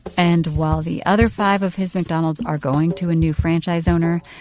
and while the other five of his mcdonald's are going to a new franchise owner,